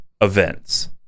events